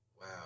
Wow